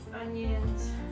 Onions